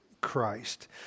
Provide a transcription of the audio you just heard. Christ